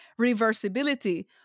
reversibility